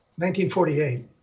1948